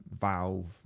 valve